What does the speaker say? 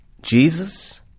Jesus